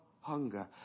hunger